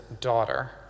daughter